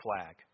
flag